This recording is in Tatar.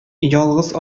ялгыз